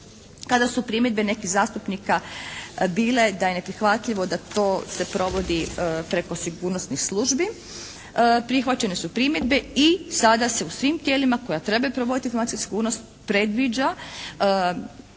kada su primjedbe nekih zastupnika bile da je neprihvatljivo da to se provodi preko sigurnosnih službi prihvaćene su primjedbe i sada se u svim tijelima koja trebaju provoditi informacijsku sigurnost predviđa